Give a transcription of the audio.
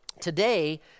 today